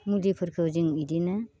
मुलिफोरखौ जों बिदिनो